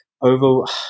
over